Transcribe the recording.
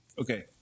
Okay